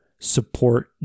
support